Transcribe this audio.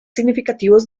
significativos